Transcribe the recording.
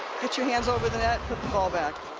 get your hands over the net, put the ball back.